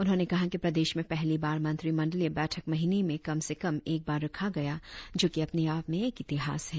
उन्होंने कहा कि प्रदेश में पहली बार मंत्रिमंडलीय बैठक महीने में कम से कम एक बार रखा गया जो कि अपने आप में एक इतिहास है